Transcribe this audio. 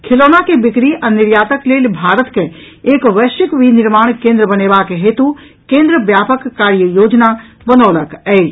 खिलौना के बिक्री आ निर्यातक लेल भारत के एक वैश्विक विनिर्माण केंद्र बनेबाक हेतु केंद्र व्यापक कार्ययोजना बनौलक अछि